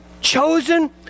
chosen